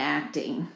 acting